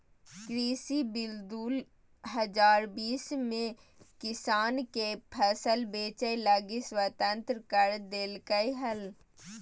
कृषि बिल दू हजार बीस में किसान के फसल बेचय लगी स्वतंत्र कर देल्कैय हल